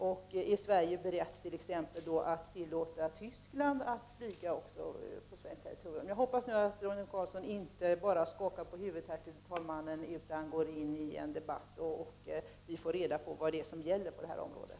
Är Sverige t.ex. berett att tillåta även Västtyskland att flyga på svenskt territorium? Jag hoppas nu att Roine Carlsson inte bara skakar på huvudet utan deltar i en debatt, så att vi får reda på vad som gäller på det här området.